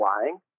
lying